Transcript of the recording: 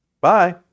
Bye